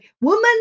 woman